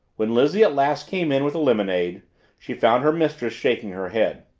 when lizzie at last came in with the lemonade she found her mistress shaking her head.